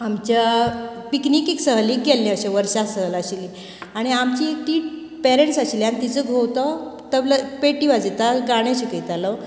आमच्या पिकनीकेक सहलीक गेल्ले अशें वर्षा सहल आशिल्ली आणी आमची ती पेरेंट आशिल्ली आनी तिजो घोव तो तबलो पेटी वाजयता आनी गाणे शिकयतालो